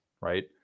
right